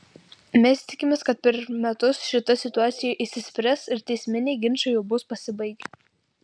mes tikimės kad per metus šita situacija išsispręs ir teisminiai ginčai jau bus pasibaigę